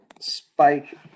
Spike